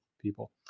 people